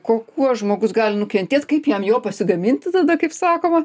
ko kuo žmogus gali nukentėt kaip jam jo pasigaminti tada kaip sakoma